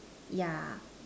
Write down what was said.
ya